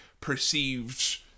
perceived